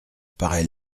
paraît